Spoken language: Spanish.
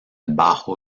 bajo